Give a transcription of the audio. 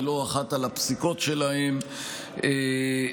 ולא אחת על הפסיקות שלהם וכו'.